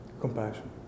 compassion